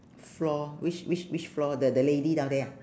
floor which which which floor the the lady down there ah